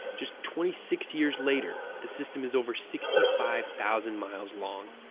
just twenty six years later, the system is over sixty five thousand miles long.